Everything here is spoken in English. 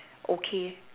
okay